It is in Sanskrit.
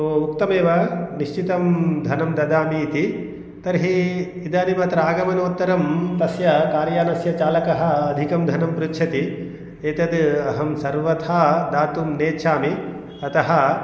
उक्तमेव निश्चितं धनं ददामि इति तर्हि इदानीमत्र आगमनोत्तरं तस्य कार् यानस्य चालकः अधिकं धनं पृच्छति एतत् अहं सर्वथा दातुं नेच्छामि अतः